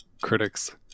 critics